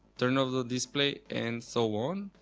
turn of the display and so on.